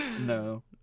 no